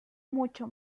mucho